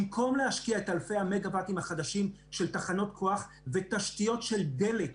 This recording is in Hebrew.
במקום להשקיע את אלפי המגה-וואטים החדשים של תחנות כוח ותשתיות של דלק,